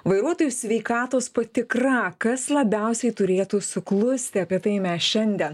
vairuotojų sveikatos patikra kas labiausiai turėtų suklusti apie tai mes šiandien